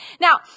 Now